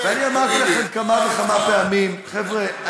אני אמרתי לכם כמה וכמה פעמים: חבר'ה,